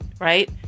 right